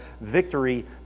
victory